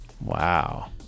Wow